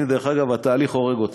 דרך אגב, לפעמים התהליך הורג אותו.